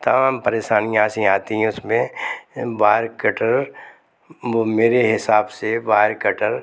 तमाम परेशानियाँ सी आती हैं उसमें बार कटर वो मेरे हिसाब से बार कटर